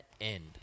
end